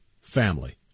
family